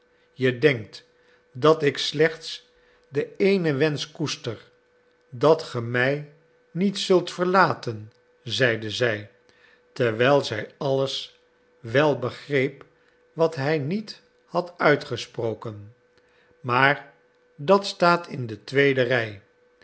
je denkt dat ik slechts den éénen wensch koester dat ge mij niet zult verlaten zeide zij terwijl zij alles wel begreep wat hij niet had uitgesproken maar dat staat in de tweede rij